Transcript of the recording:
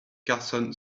carson